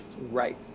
Right